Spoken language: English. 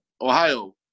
Ohio